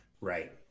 right